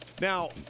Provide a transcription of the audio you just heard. Now